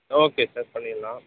okay sir பண்ணிடுலாம்